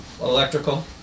electrical